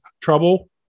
trouble